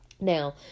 Now